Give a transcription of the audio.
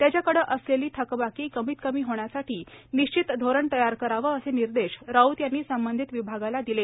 त्याच्याकडे असलेली थकबाकी कमीत कमी होण्यासाठी निश्वित असे धोरण तयार करावं असे निर्देश राऊत यांनी संबंधित विभागाला दिले